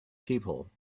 people